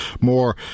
more